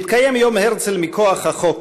מתקיים יום הרצל מכוח החוק,